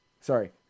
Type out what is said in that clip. Sorry